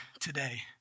today